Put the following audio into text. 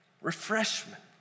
refreshment